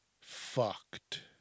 fucked